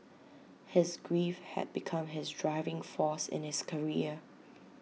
his grief had become his driving force in his career